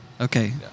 Okay